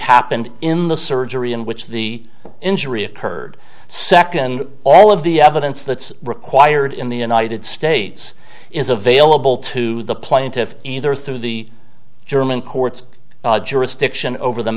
happened in the surgery in which the injury occurred second all of the evidence that's required in the united states is available to the plaintiffs either through the german court's jurisdiction over the